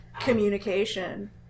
communication